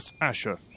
Asher